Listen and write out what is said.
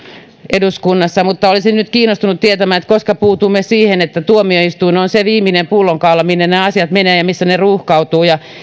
eduskunnassa mutta olisin nyt kiinnostunut tietämään koska puutumme siihen että tuomioistuin on se viimeinen pullonkaula minne nämä asiat menevät ja missä ne ruuhkautuvat ja